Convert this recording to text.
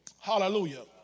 Hallelujah